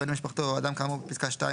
בן משפחתו או אדם כאמור בפסקה (2)